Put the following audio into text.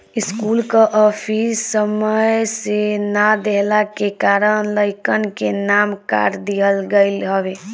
school कअ fees समय से ना देहला के कारण लइकन के नाम काट दिहल गईल हवे